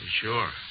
Sure